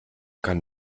kann